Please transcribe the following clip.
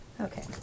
Okay